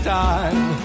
time